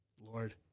lord